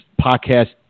podcast